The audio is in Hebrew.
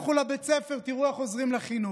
לכו לבית ספר תראו איך עוזרים לחינוך,